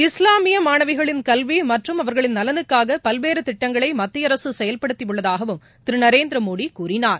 இஸ்லாமிய மாணவிகளின் கல்வி மற்றும் அவர்களின் நலனுக்காக பல்வேறு திட்டங்களை மத்திய அரசு செயல்படுத்தி உள்ளதாகவும் திரு நரேந்திரமோடி கூறினார்